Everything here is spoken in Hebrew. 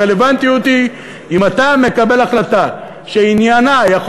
הרלוונטיות היא אם אתה מקבל החלטה שעניינה יכול